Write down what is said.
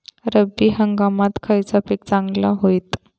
रब्बी हंगामाक खयला पीक चांगला होईत?